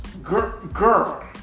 girl